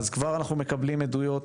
אז כבר אנחנו מקבלים עדויות